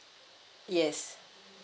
yes